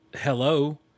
hello